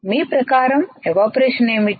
మీ ప్రకారం ఎవాపరేషన్ ఏమిటి